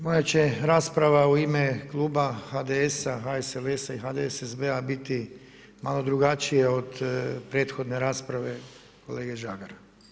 Moja će rasprava u ime kluba HDS-a, HSLS-a, HDSSB-a biti malo drugačija od prethodne rasprave kolege Žagara.